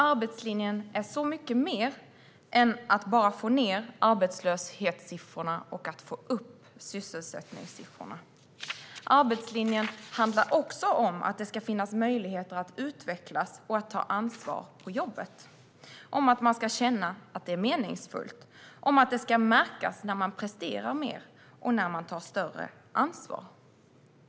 Arbetslinjen är så mycket mer än att bara få ned arbetslöshetssiffrorna och få upp sysselsättningssiffrorna. Arbetslinjen handlar också om att det ska finnas möjligheter att utvecklas och ta ansvar på jobbet, om att man ska känna att det är meningsfullt och om att det ska märkas när man presterar mer och tar större ansvar.